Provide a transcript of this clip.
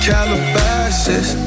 Calabasas